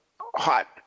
hot